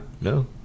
No